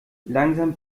langsam